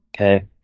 Okay